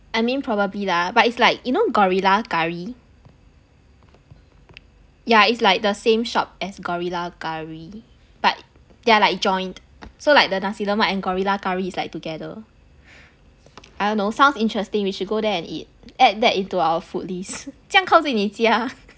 I mean probably lah but it's like you know gorilla curry yeah it's like the same shop as gorilla curry but they are like joined so like the nasi lemak and gorilla curry is like together I don't know sounds interesting we should go there and eat at that into our food list 这样靠近你家